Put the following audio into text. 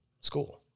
school